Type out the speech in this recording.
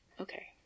okay